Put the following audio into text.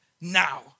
now